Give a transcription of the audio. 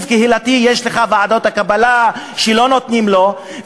קהילתי יש לך ועדות קבלה שלא נותנות לו,